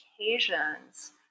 occasions